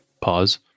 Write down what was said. pause